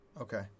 Okay